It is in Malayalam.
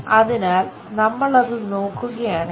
അതിനാൽ നമ്മൾ അത് നോക്കുകയാണെങ്കിൽ